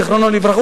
זיכרונו לברכה,